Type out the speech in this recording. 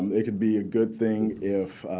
um it could be a good thing if